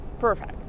Perfect